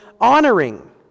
honoring